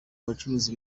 abacuruza